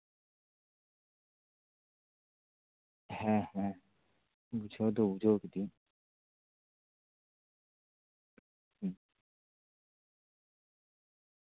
ᱦᱮᱸ ᱦᱮᱸ ᱵᱩᱡᱷᱟᱹᱣ ᱫᱚ ᱵᱩᱡᱷᱟᱹᱣ ᱠᱤᱫᱟᱹᱧ ᱦᱩᱸ